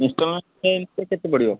ଇନଷ୍ଟଲମେଣ୍ଟରେ ଏମିତି କେତେ ପଡ଼ିବ